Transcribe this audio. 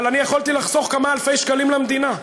אבל אני יכולתי לחסוך כמה אלפי שקלים למדינה,